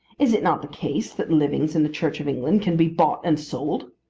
is it not the case that livings in the church of england can be bought and sold?